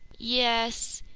yes.